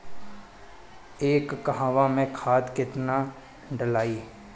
एक कहवा मे खाद केतना ढालाई?